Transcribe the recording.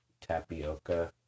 tapioca